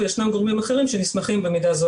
וישנם גורמים אחרים שנסמכים במידה זו